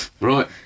Right